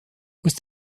musst